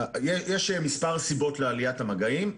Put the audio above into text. יש מספר סיבות לעליית המגעים.